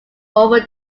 over